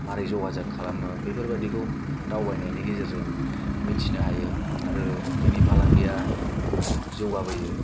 माबोरै जगाजग खालामो बेफोरबायदिखौ दावबायनायनि गेजेरजों मिथिनो हायो आरो बिनि फालांगिया जौगाबोयो